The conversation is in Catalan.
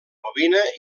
bovina